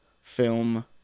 film